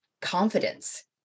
confidence